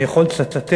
אני יכול לצטט: